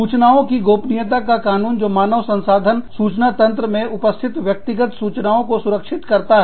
सूचनाओं की गोपनीयता का कानून जो मानव संसाधन सूचना तंत्र मे उपस्थित व्यक्तिगत सूचनाओं को सुरक्षित करता है